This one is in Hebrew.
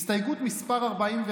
הסתייגות מס' 41,